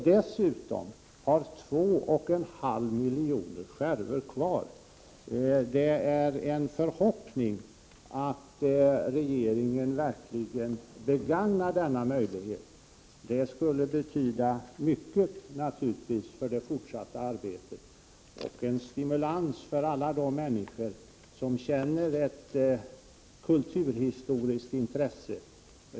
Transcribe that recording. Dessutom har man 2,5 miljoner skärvor kvar. Det är min förhoppning att regeringen verkligen begagnar denna möjlighet. Det skulle naturligtvis betyda mycket för det fortsatta arbetet och skulle vara en stimulans för alla de människor som har ett kulturhistoriskt intresse.